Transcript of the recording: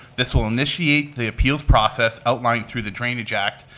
this will initiate the appeals process outlined through the drainage act,